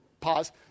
pause